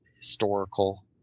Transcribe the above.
historical